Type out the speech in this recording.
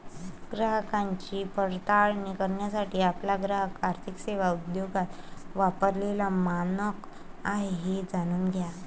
ग्राहकांची पडताळणी करण्यासाठी आपला ग्राहक आर्थिक सेवा उद्योगात वापरलेला मानक आहे हे जाणून घ्या